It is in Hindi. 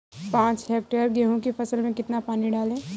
पाँच हेक्टेयर गेहूँ की फसल में कितना पानी डालें?